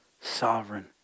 sovereign